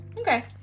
Okay